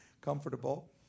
comfortable